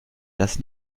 das